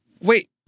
wait